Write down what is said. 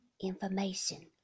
information